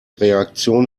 reaktion